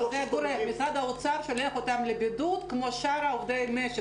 משרד האוצר שולח אותם לבידוד כמו שאר עובדי המשק.